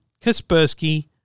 Kaspersky